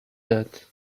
dead